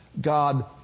God